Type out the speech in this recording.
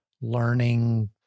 Learning